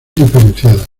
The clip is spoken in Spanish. diferenciadas